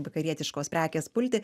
vakarietiškos prekės pulti